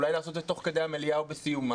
אולי לעשות אותו תוך כדי המליאה או בסיומה,